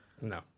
No